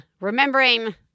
remembering